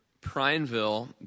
Prineville